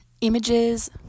images